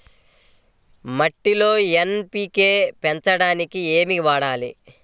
మట్టిలో ఎన్.పీ.కే పెంచడానికి ఏమి వాడాలి?